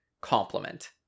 complement